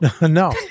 No